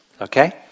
Okay